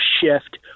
shift